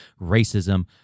racism